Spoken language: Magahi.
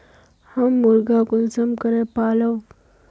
हम मुर्गा कुंसम करे पालव?